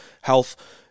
health